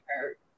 hurt